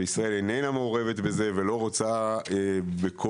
וישראל איננה מעורבת בזה ולא רוצה בכל